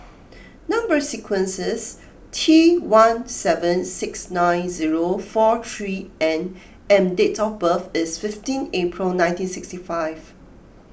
number sequence is T one seven six nine zero four three N and date of birth is fifteen April nineteen sixty five